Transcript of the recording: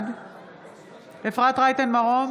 בעד אפרת רייטן מרום,